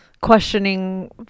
questioning